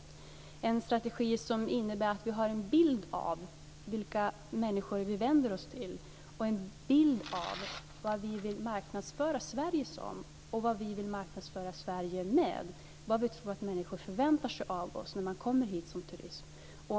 Det är en strategi som innebär att vi har en bild av vilka människor vi vänder oss till, en bild av vad vi vill marknadsföra Sverige som och en bild av vad vi vill marknadsföra Sverige med, vad vi tror att människor förväntar sig av oss när de kommer hit som turister.